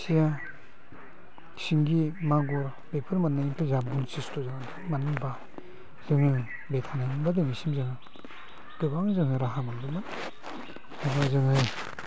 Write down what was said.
खुसिया सिंगि मागुर बेफोर मोननायजों मोनसे सुजुग मानो होमब्ला जोङो बेजों जोङो गोबां जों राहा मोनगौमोन आरो जोङो